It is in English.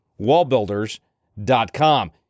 wallbuilders.com